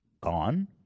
gone